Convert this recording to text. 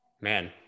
Man